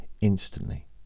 instantly